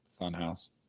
Funhouse